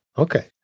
Okay